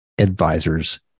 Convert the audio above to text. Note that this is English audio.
advisors